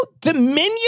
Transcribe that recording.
Dominion